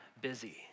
busy